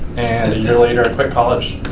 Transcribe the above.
and a year later i quit college